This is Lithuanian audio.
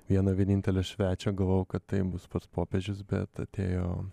vieno vienintelio svečio gavau kad tai bus pats popiežius bet atėjo